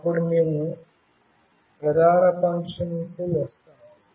ఇప్పుడు మేము ప్రధాన ఫంక్షన్కి వస్తాము